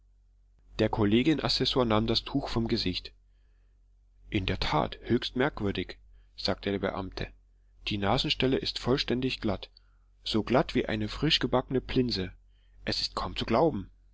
der kollegien assessor nahm das tuch vom gesicht in der tat höchst merkwürdig sagte der beamte die nasenstelle ist vollständig glatt so glatt wie eine frischgebackene plinse es ist kaum zu glauben